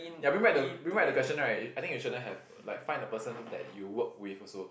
ya bring back the bring back the question right I think you shouldn't have like find the person that you work with also